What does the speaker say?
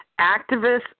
activists